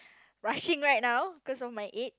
rushing right now cause of my age